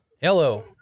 Hello